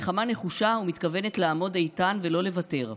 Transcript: נחמה נחושה ומתכוונת לעמוד איתן ולא לוותר.